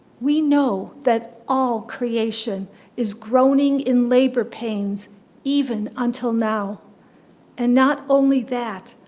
we know that all creation is groaning in labor pains even until now and not only that,